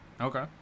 Okay